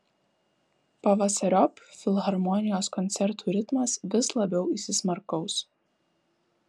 pavasariop filharmonijos koncertų ritmas vis labiau įsismarkaus